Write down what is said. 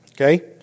Okay